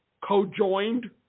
co-joined